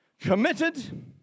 Committed